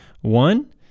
One